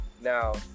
Now